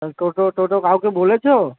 টোটো টোটো কাউকে বলেছো